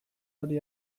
hori